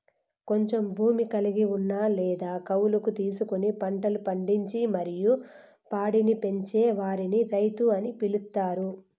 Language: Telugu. కొంచెం భూమి కలిగి ఉన్న లేదా కౌలుకు తీసుకొని పంటలు పండించి మరియు పాడిని పెంచే వారిని రైతు అని పిలుత్తారు